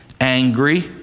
Angry